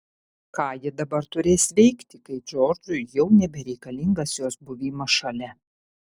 ką ji dabar turės veikti kai džordžui jau nebereikalingas jos buvimas šalia